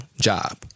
job